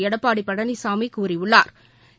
எடப்பாடிபழனிசாமிகூறியுள்ளாா்